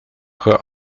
her